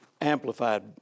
amplified